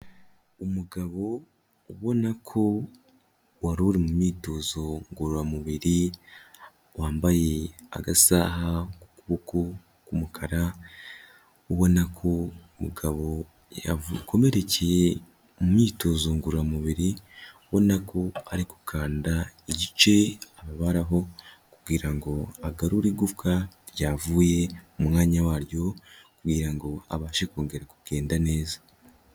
Umugabo ubona ko wari uri mu myitozo ngororamubiri, wambaye agasaha k'ukuboko k'umukara, ubona ko mugabo yakomerekeye mu myitozo ngororamubiri, ubonako ari gukanda igice ababaraho kugira ngo agarure igufwa ryavuye mu mwanya waryo, kugira ngo abashe kongera kugenda neza.